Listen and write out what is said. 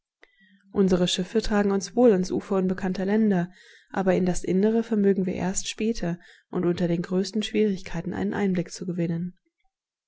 unsere schiffe tragen uns wohl ans ufer unbekannter länder aber in das innere vermögen wir erst später und unter den größten schwierigkeiten einen einblick zu gewinnen